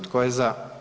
Tko je za?